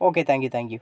okay thank you thank you